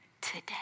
Today